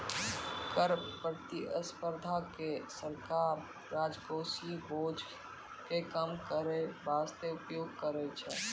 कर प्रतिस्पर्धा के सरकार राजकोषीय बोझ के कम करै बासते उपयोग करै छै